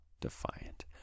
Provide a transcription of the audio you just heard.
Defiant